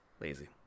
Lazy